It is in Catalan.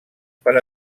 per